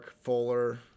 Fuller